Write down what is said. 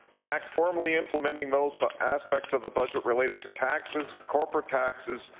the act formally implementing those ah aspects of the budget related to taxes, corporate taxes,